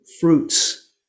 fruits